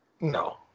no